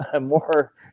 more